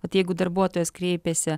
vat jeigu darbuotojas kreipiasi